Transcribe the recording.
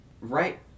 right